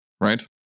right